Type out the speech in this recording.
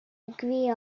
agree